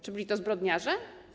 Czy byli to zbrodniarze?